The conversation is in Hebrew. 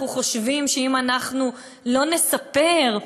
אנחנו חושבים שאם אנחנו לא נספר,